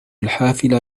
الحافلة